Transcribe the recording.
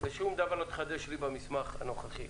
ושום דבר לא התחדש לי במסמך הנוכחי.